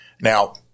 Now